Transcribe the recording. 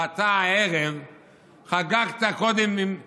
ואתה הערב חגגת קודם עם לפיד,